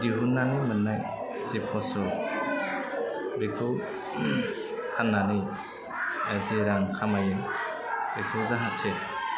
दिहुन्नानै मोन्नाय जे फसल बेखौ फान्नानै जे रां खामायो बेखौ जाहाथे